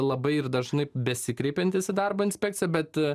labai ir dažnai besikreipiantys į darbo inspekciją bet